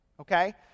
okay